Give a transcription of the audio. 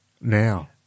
now